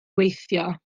weithio